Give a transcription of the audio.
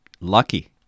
lucky